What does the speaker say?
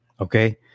okay